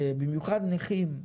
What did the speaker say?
במיוחד נכים.